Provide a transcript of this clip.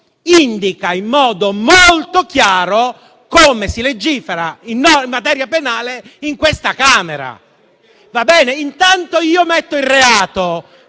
indica in modo molto chiaro come si legifera in materia penale in questa Camera. Intanto io metto il reato,